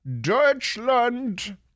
Deutschland